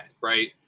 right